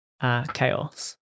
chaos